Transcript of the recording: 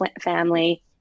family